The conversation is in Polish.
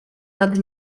nad